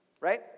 right